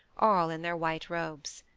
all in their white robes.